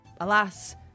Alas